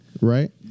right